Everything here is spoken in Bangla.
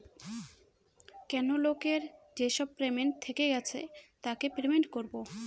কেনো লোকের যেসব পেমেন্ট থেকে গেছে তাকে পেমেন্ট করবো